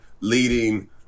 leading